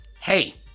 hey